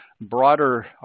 broader